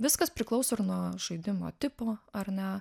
viskas priklauso ir nuo žaidimo tipo ar ne